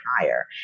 higher